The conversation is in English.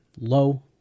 low